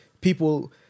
people